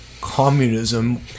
communism